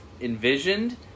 envisioned